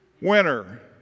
winner